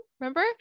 Remember